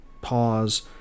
pause